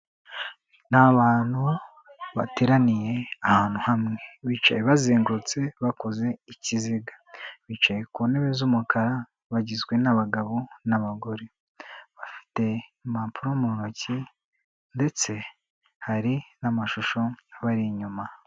N'abantu bateraniye ahantu hamwe bicaye bazengurutse bakoze ikiziga. Bicaye ku ntebe z'umukara bagizwe n'abagabo n'abagore. Bafite impapuro mu ntoki ndetse hari n'amashusho abari inyuma.